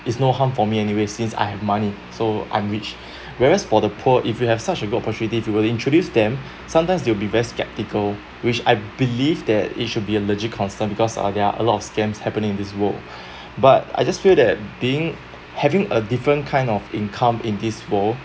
is no harm for me anyways since I have money so I'm rich whereas for the poor if you have such a good opportunity you were to introduce them sometimes they will be very skeptical which I believe that it should be legit constant because uh there are a lot of scams happening in this world but I just feel that being having a different kind of income in this world